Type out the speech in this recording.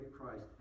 Christ